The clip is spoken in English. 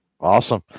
Awesome